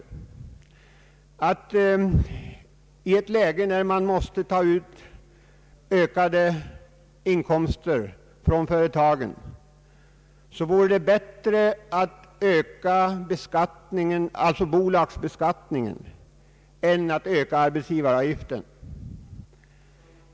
I ett läge när man anser att man måste ta ut ökade avgifter från företagen vore det bättre att höja bolagsbeskattningen än att öka arbetsgivaravgiften.